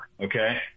Okay